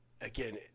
again